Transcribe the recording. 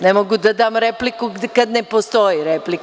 Ne mogu da dam repliku kad ne postoji replika.